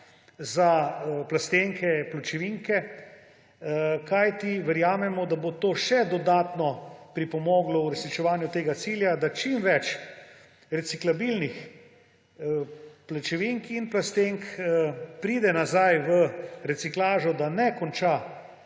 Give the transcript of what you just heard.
za plastenke in pločevinke, kajti verjamemo, da bo to še dodatno pripomoglo k uresničevanju tega cilja, da čim več reciklabilnih pločevink in plastenk pride nazaj v reciklažo, da ne konča